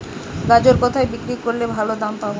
গাজর কোথায় বিক্রি করলে ভালো দাম পাব?